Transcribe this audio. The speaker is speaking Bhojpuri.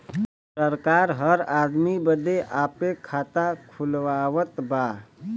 सरकार हर आदमी बदे आपे खाता खुलवावत बा